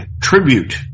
tribute